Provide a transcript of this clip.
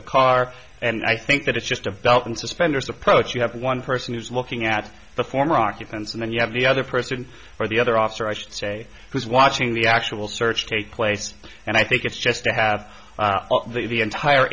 the car and i think that it's just a belt and suspenders approach you have one person who's looking at the former occupants and then you have the other person or the other officer i should say who's watching the actual search take place and i think it's just to have the entire